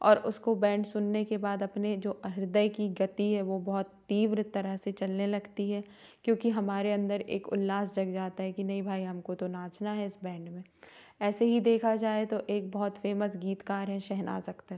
और उसको बैंड सुनने के बाद अपने जो हृदय की गति है वो बहुत तीव्र तरह से चलने लगती है क्योंकि हमारे अंदर एक उल्लास जग जाता है कि नहीं भाई हम को तो नाचना है इस बैंड में ऐसे ही देखा जाए तो एक बहुत फेमस गीतकार हैं शहेनाज़ अख़्तर